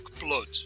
blood